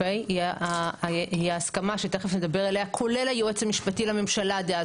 היא ההסכמה שתיכף נדבר עליה כולל היועץ המשפטי לממשלה דאז